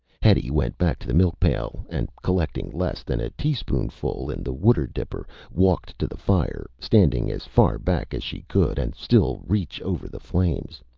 hetty went back to the milk pail and collecting less than a teaspoon full in the water dipper, walked to the fire. standing as far back as she could and still reach over the flames,